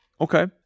Okay